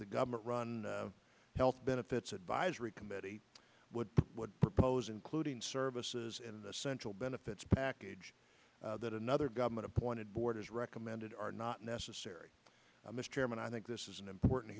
the government run health benefits advisory committee would propose including services in the central benefits package that another government appointed borders recommended are not necessary mr chairman i think this is an important